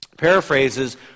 Paraphrases